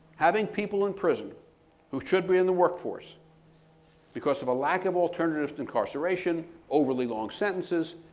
having people in prison who should be in the workforce because of a lack of alternatives to incarceration, overly long sentences,